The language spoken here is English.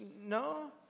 No